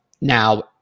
Now